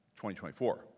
2024